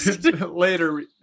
Later